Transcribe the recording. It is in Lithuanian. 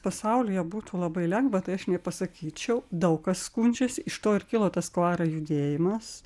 pasaulyje būtų labai lengva tai aš nepasakyčiau daug kas skundžiasi iš to ir kilo tas kvara judėjimas